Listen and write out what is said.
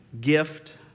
gift